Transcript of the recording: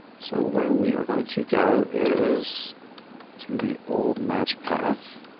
so where we are going to go is to the old-match path.